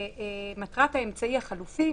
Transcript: מטרת האמצעי החלופי,